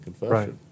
Right